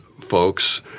folks